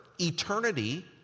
eternity